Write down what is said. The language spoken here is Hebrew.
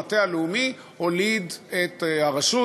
המטה הלאומי הוליד את הרשות,